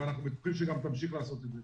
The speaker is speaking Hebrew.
ואנחנו בטוחים שתמשיך לעשות את זה.